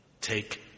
take